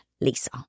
Lisa